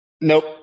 Nope